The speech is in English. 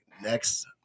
next